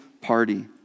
party